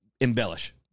embellish